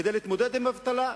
כדי להתמודד עם אבטלה,